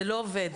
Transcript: זה לא עובד.